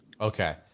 Okay